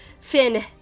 Finn